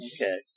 okay